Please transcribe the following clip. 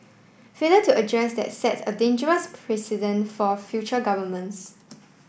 failure to address that set a dangerous precedent for future governments